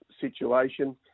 situation